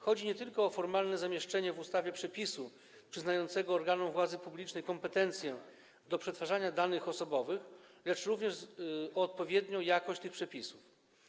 Chodzi nie tylko o formalne zamieszczenie w ustawie przepisu przyznającego organom władzy publicznej kompetencję do przetwarzania danych osobowych, lecz również o odpowiednią jakość tych przepisów.